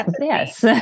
Yes